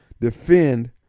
defend